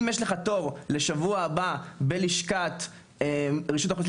אם יש לך תור לשבוע הבא בלשכת רשות האוכלוסים